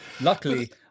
Luckily